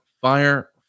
fire